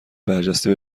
برجسته